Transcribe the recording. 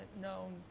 known